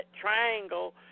triangle